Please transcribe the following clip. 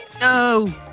No